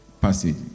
passage